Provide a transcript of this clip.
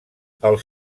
els